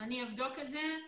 אני אבדוק את זה.